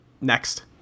Next